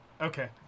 Okay